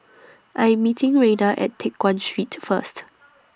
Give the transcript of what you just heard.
I'm meeting Rayna At Teck Guan Street First